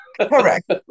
Correct